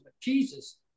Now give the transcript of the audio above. Jesus